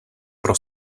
pro